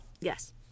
Yes